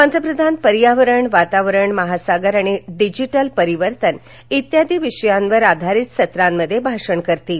पंतप्रधान पर्यावरण वातावरण महासागर आणि डिजिटल परिवर्तन इत्यादी विषयांवर आधारित सत्रांमध्ये भाषण करतील